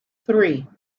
three